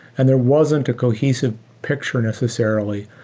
and there wasn't a cohesive picture necessarily.